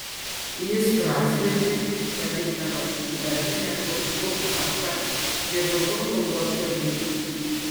jis prazvimbė palikdamas sidabrinę purslų arką ir nutolo uosto link